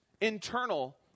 internal